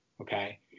okay